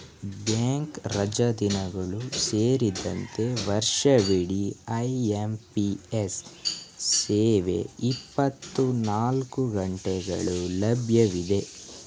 bank ರಜಾದಿನಗಳು ಸೇರಿದಂತೆ ವರ್ಷವಿಡಿ ಐ.ಎಂ.ಪಿ.ಎಸ್ ಸೇವೆ ಇಪ್ಪತ್ತನಾಲ್ಕು ಗಂಟೆಗಳು ಲಭ್ಯವಿದೆ